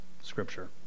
scripture